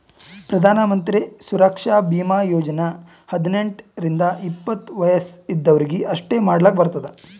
ಪ್ರಧಾನ್ ಮಂತ್ರಿ ಸುರಕ್ಷಾ ಭೀಮಾ ಯೋಜನಾ ಹದ್ನೆಂಟ್ ರಿಂದ ಎಪ್ಪತ್ತ ವಯಸ್ ಇದ್ದವರೀಗಿ ಅಷ್ಟೇ ಮಾಡ್ಲಾಕ್ ಬರ್ತುದ